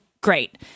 great